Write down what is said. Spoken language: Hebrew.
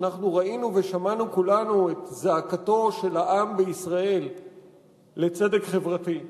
בקיץ הזה ראינו ושמענו כולנו את זעקתו של העם בישראל לצדק חברתי,